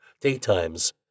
daytimes